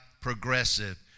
progressive